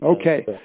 Okay